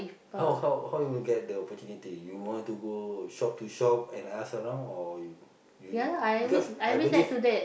how how how you want to get the opportunity you want to go shop to shop and ask around or you you because I believe